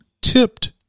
tipped